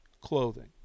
clothing